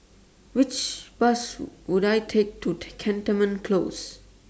Which Bus Would I Take to Cantonment Close